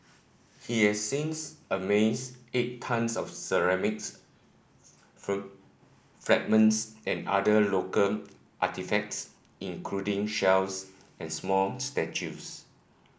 he has since amassed eight tonnes of ceramics fragments and other local artefacts including shells and small statues